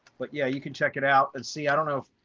but yeah, you can check it out and see, i don't know.